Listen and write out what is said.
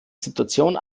situation